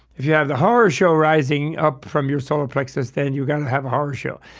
if you have the horror show rising up from your solar plexus, then you're going to have a horror show.